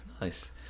Nice